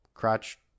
crotch